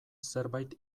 zerbait